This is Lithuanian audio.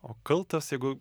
o kaltas jeigu